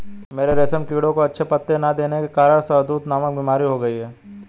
मेरे रेशम कीड़ों को अच्छे पत्ते ना देने के कारण शहदूत नामक बीमारी हो गई है